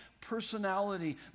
personality